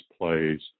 plays